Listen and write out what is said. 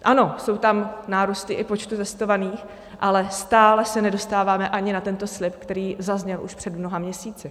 Ano, jsou tam nárůsty počtu testovaných, ale stále se nedostáváme ani na tento slib, který zazněl už před mnoha měsíci.